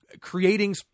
creating